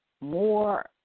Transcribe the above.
more